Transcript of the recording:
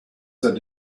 that